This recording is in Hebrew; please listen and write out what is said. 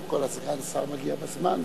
חבר כנסת, והיושב-ראש,